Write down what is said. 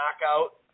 knockout